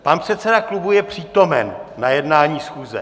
Pan předseda klubu je přítomen na jednání schůze.